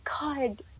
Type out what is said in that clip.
God